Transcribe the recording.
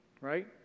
right